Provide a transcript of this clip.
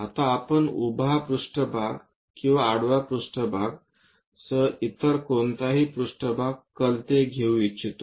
आता आपण उभ्या पृष्ठभाग किंवा आडव्या पृष्ठभाग सह इतर कोणतेही पृष्ठभाग कलते घेऊ इच्छितो